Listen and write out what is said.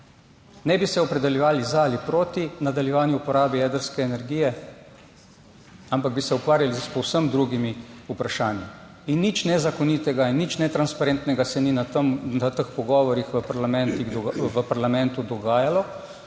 Ne bi se opredeljevali za ali proti nadaljevanju uporabe jedrske energije, ampak bi se ukvarjali s povsem drugimi vprašanji. In nič nezakonitega in nič netransparentnega se ni na teh pogovorih v parlamentu dogajalo.